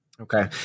Okay